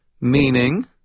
Meaning